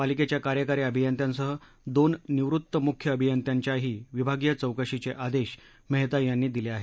पालिकेच्या कार्यकारी अभियंत्यासह दोन निवृत्त मुख्य अभियंत्यांच्याही विभागीय चौकशीचे आदेश मेहता यांनी दिले आहेत